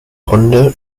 runde